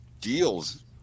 deals